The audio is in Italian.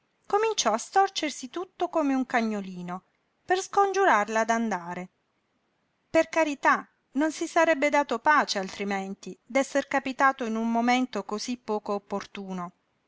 cominciò a storcersi tutto come un cagnolino per scongiurarla d'andare per carità non si sarebbe dato pace altrimenti d'esser capitato in un momento cosí poco opportuno